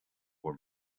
bhur